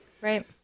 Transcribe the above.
Right